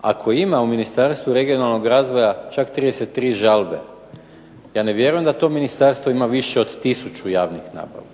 Ako ima u Ministarstvu regionalnog razvoja čak 33 žalbe ja ne vjerujem da to ministarstvo ima više od tisuću javnih nabava.